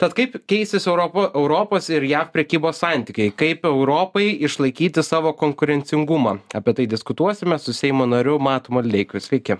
tad kaip keisis europa europos ir jav prekybos santykiai kaip europai išlaikyti savo konkurencingumą apie tai diskutuosime su seimo nariu matu maldeikiu sveiki